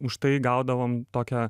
užtai gaudavom tokią